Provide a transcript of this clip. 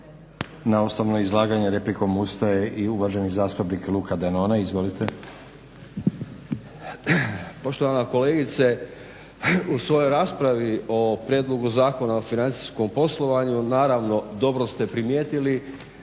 Na osobno izlaganje replikom ustaje i uvaženi zastupnik Luka Denona. Izvolite. **Denona, Luka (SDP)** Poštovana kolegice u svojoj raspravi o prijedlogu Zakona o financijskom poslovanju naravno dobro ste primijetili